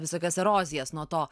visokios erozijas nuo to